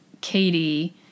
Katie